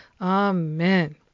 amen